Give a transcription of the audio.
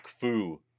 Fu